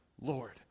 Lord